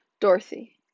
Dorothy